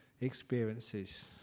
experiences